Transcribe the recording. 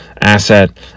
asset